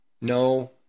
No